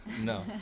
No